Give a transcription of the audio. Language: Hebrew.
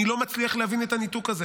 אני לא מצליח להבין את הניתוק הזה.